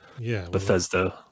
Bethesda